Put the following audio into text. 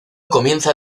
comienza